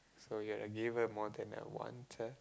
so you're a giver more than a wanter